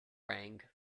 rang